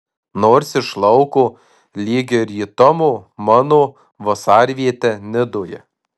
nors iš lauko lyg ir į tomo mano vasarvietę nidoje